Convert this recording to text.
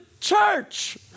church